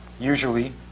Usually